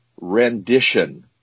rendition